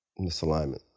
misalignment